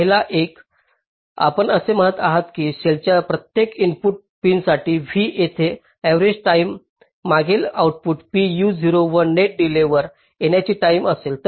पहिला एक आपण असे म्हणत आहात की सेलच्या प्रत्येक इनपुट पिनसाठी v येथे अर्रेवाल टाईम मागील आउटपुट पिन uo व नेट डीलेय वर येण्याची टाईम असेल